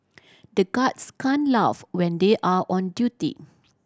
the guards can't laugh when they are on duty